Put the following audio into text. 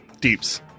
Deeps